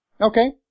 Okay